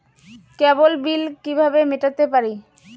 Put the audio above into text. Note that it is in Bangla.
কেবল বিল কিভাবে মেটাতে পারি?